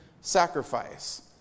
sacrifice